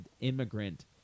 immigrant